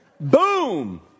Boom